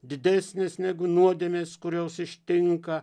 didesnės negu nuodėmės kurios ištinka